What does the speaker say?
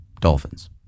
dolphins